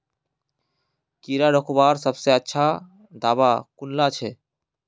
कीड़ा रोकवार सबसे अच्छा दाबा कुनला छे?